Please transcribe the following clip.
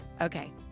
Okay